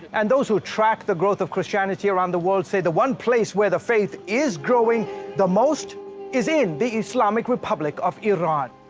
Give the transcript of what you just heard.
and those who track the growth of christianity around the world say the one place where the faith is growing the most is in the islamic republic of iran.